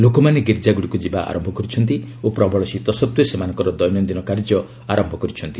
ଲୋକମାନେ ଗୀର୍ଜାଗୁଡ଼ିକୁ ଯିବା ଆରମ୍ଭ କରିଛନ୍ତି ଓ ପ୍ରବଳ ଶୀତ ସତ୍ତ୍ୱେ ସେମାନଙ୍କର ଦୈନନ୍ଦିନ କାର୍ଯ୍ୟ ଆରମ୍ଭ କରିଛନ୍ତି